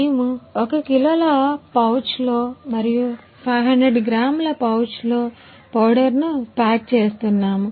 మేము 1 కిలోల పౌచ్లలో పౌడర్ను ప్యాక్ చేస్తున్నాము